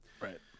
Right